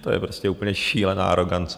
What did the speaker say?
To je prostě úplně šílená arogance.